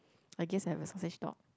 I guess I'll have a sausage dog